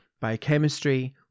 biochemistry